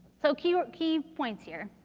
so, key key points here.